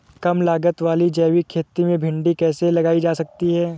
कम लागत वाली जैविक खेती में भिंडी कैसे लगाई जा सकती है?